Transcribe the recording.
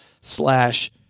slash